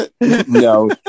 No